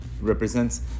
represents